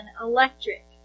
electric